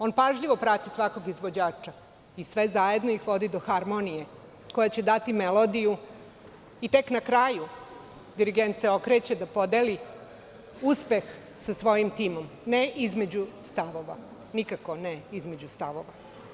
On pažljivo prati svakog izvođača i sve zajedno ih vodi do harmonije koje će dati melodiju i tek na kraju, dirigent se okreće da podeli uspeh sa svojim timom, ne između stavova, nikako ne između stavova.